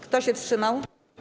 Kto się wstrzymał?